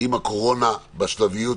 עם הקורונה בכל השלבים שלה,